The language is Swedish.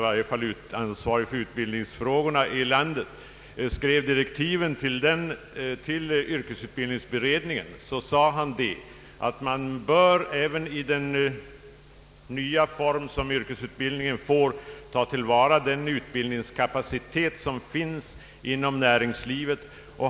som ansvarig för utbildningsfrågorna här i landet skrev direktiven till yrkesutbildningsberedningen, sade han att man även i framtiden måste ta till vara den utbildningskapacitet som finns inom näringslivet.